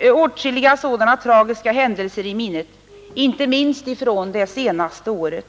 åtskilliga sådana tragiska händelser i minnet inte minst från det senaste året.